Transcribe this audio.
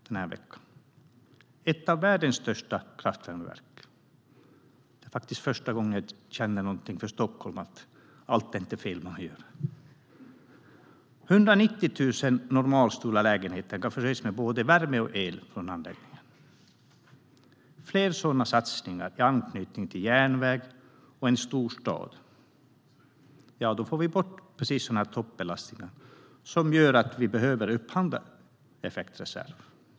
Det är ett av världens största kraftvärmeverk. Det är faktiskt första gången som jag känner att allt inte är fel som görs i Stockholm. 190 000 normalstora lägenheter kan förses med både värme och el från anläggningen. Med fler sådana satsningar i anknytning till järnväg och storstad får vi bort de toppbelastningar som gör att vi behöver upphandla en effektreserv.